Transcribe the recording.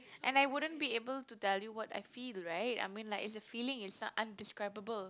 and I wouldn't be able to tell you what I feel right I mean like it's a feeling it's undescribable